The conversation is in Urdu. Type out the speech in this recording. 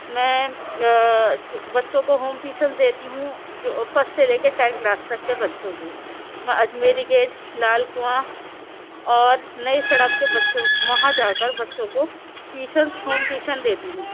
میں بچوں کو ہوم ٹیوشنز دیتی ہوں جو فرسٹ سے لے کے ٹینٹھ کلاس تک کے بچوں کو میں اجمیری گیٹ لال کنواں اور نئی سڑک کے بچوں وہاں جا کر بچوں کو ٹیوشن ہوم ٹیوشن دیتی ہوں